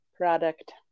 product